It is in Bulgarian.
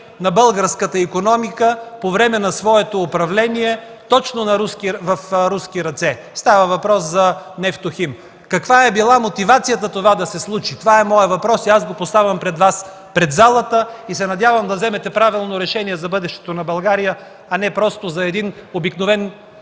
на българската икономика по време на своето управление точно в руски ръце? Става въпрос за „Нефтохим”. Каква е била мотивацията това да се случи? Това е моят въпрос и аз го поставям пред Вас, пред залата и се надявам да вземем тук правилно решение за бъдещето на България, а не просто за един обикновен